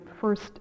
first